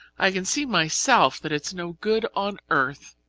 i can see myself that it's no good on earth,